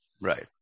Right